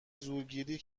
زورگیری